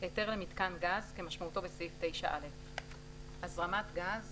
"היתר למיתקן גז" כמשמעותו בסעיף 9(א); "הזרמת גז"